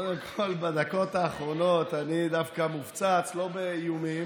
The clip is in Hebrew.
קודם כול בדקות האחרונות אני דווקא מופצץ לא באיומים